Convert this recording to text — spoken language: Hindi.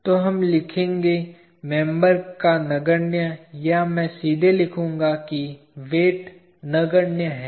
तो हम लिखेंगे मेंबर का नगण्य या मैं सीधे लिखूंगा कि वेट नगण्य है